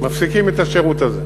מפסיקים את השירות הזה.